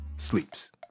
sleeps